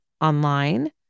online